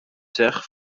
seħħ